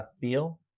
feel